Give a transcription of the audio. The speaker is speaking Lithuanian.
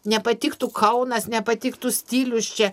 nepatiktų kaunas nepatiktų stilius čia